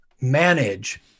manage